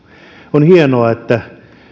on hienoa että